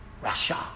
Russia